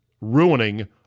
ruining